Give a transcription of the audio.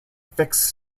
fixed